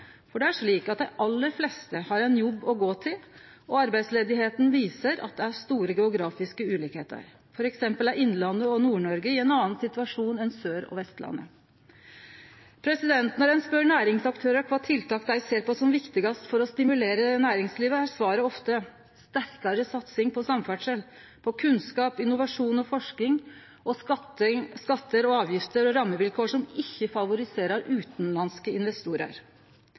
for det er slik at dei aller fleste har ein jobb å gå til, og arbeidsløysa viser at det er store geografiske skilnader, f.eks. er innlandet og Nord-Noreg i ein annan situasjon enn Sør- og Vestlandet. Når ein spør næringsaktørar kva tiltak dei ser på som viktigast for å stimulere næringslivet, er svaret ofte sterkare satsing på samferdsel, kunnskap, innovasjon og forsking og skattar, avgifter og rammevilkår som ikkje favoriserer utanlandske investorar.